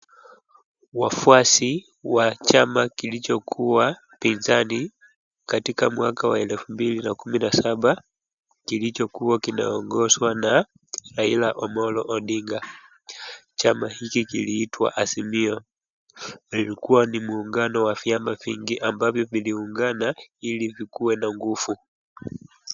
Wafuasi wa chama kilichokuwa pinzani katika mwaka wa elfumbili na kumi na saba kilichokuwa kinaongozwa na Raila Omolo Odinga. Chama hiki kiliitwa azimio, ulikua ni muunganoi wa vyama vingi ambavyo viliungana ili vikue na nguvu.